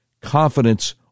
confidence